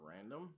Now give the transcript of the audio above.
random